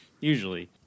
Usually